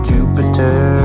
Jupiter